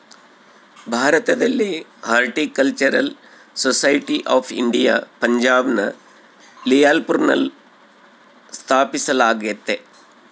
ಭಾರತದಲ್ಲಿ horticultural society of India ಪಂಜಾಬ್ನ ಲಿಯಾಲ್ಪುರ್ನಲ್ಲ ಸ್ಥಾಪಿಸಲಾಗ್ಯತೆ